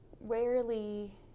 rarely